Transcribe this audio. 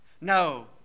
No